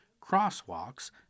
crosswalks